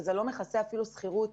זה לא מכסה אפילו שכירות.